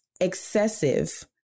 excessive